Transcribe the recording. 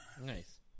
Nice